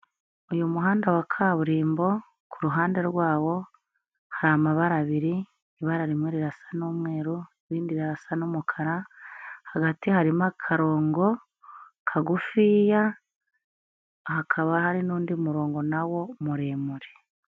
Uyu muhanda wa kaburimbo, ku ruhande rwawo hari amabara abiri, ibara rimwe rirasa n'umweru, irindi birasa n'umukara, hagati harimo akarongo kagufiya, hakaba hari n'undi murongo nawo muremure.